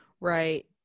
Right